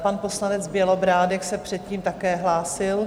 Pan poslanec Bělobrádek se předtím také hlásil.